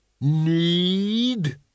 Need